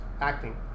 acting